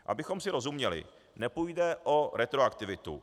Abychom si rozuměli, nepůjde o retroaktivitu.